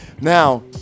Now